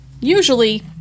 usually